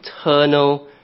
eternal